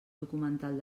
documental